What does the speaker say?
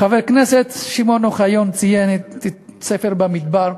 חבר הכנסת שמעון אוחיון ציין את ספר במדבר,